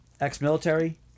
ex-military